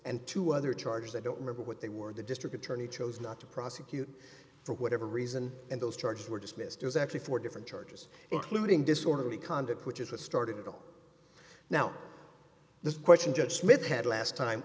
and two other charges i don't remember what they were the district attorney chose not to prosecute for whatever reason and those charges were dismissed as actually four different charges including disorderly conduct which is what started it all now the question judge smith had last time